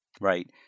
Right